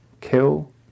kill